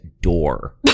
door